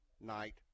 night